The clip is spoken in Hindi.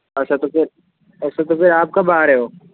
अच्छा तो फ़िर अच्छा तो फ़िर आप कब आ रहे हो